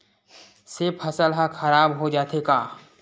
से फसल ह खराब हो जाथे का?